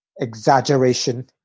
exaggeration